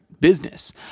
business